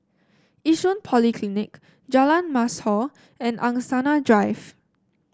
Yishun Polyclinic Jalan Mashhor and Angsana Drive